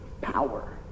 Power